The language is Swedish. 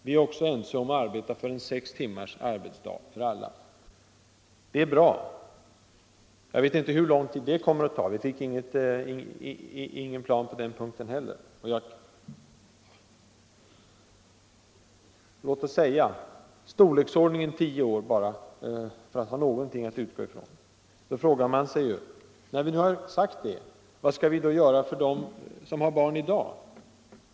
Vi är också ense om att arbeta för sex timmars arbetsdag för alla. Det är bra. Jag vet inte hur lång tid det kommer att ta. Det finns ingen plan på den punkten heller. Låt oss säga tio år bara för att ha någonting att utgå från. När vi nu har konstaterat det måste jag ställa frågan: Vad skall vi då göra för dem som har barn i dag?